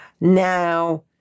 Now